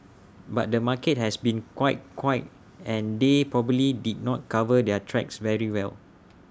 but the market has been quite quiet and they probably did not cover their tracks very well